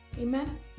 amen